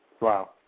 Wow